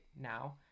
now